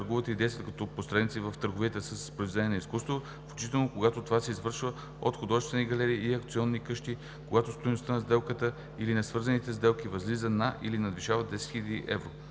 търгуват или действат като посредници в търговията с произведения на изкуството, включително когато това се извършва от художествени галерии и аукционни къщи, когато стойността на сделката или на свързаните сделки възлиза на или надвишава 10 000 евро;